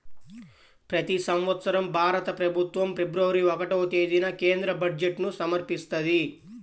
ప్రతి సంవత్సరం భారత ప్రభుత్వం ఫిబ్రవరి ఒకటవ తేదీన కేంద్ర బడ్జెట్ను సమర్పిస్తది